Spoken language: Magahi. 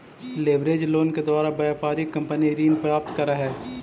लेवरेज लोन के द्वारा व्यापारिक कंपनी ऋण प्राप्त करऽ हई